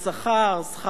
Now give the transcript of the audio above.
שכר מינימום.